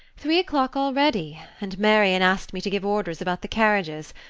three o'clock already and marian asked me to give orders about the carriages.